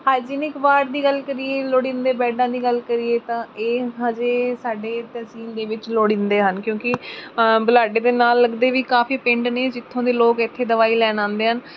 hygienic ward ਦੀ ਗੱਲ ਕਰੀਏ ਲੋੜੀਂਦੇ ਬੈਡਾਂ ਦੀ ਗੱਲ ਕਰੀਏ ਤਾਂ ਇਹ ਹਜੇ ਸਾਡੇ ਤਹਿਸੀਲ ਦੇ ਵਿੱਚ ਲੋੜੀਂਦੇ ਹਨ ਕਿਉਂਕਿ ਬੁਲਾਡੇ ਦੇ ਨਾਲ ਲੱਗਦੇ ਵੀ ਕਾਫੀ ਪਿੰਡ ਨੇ ਜਿੱਥੋਂ ਦੇ ਲੋਕ ਇੱਥੇ ਦਵਾਈ ਲੈਣ ਆਉਂਦੇ ਹਨ